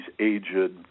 aged